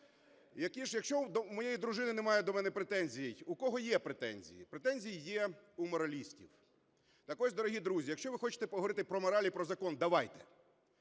Якщо в моєї дружини немає до мене претензій, у кого є претензії? Претензії є у моралістів. Так ось, дорогі друзі, якщо ви хочете поговорити про мораль і про закон – давайте.